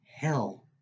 Hell